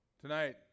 Tonight